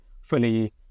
fully